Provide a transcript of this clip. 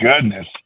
goodness